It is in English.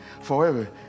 forever